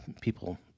people